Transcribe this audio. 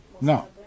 No